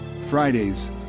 Fridays